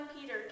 Peter